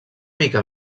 mica